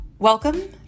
Welcome